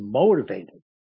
motivated